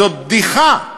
זאת בדיחה,